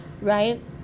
right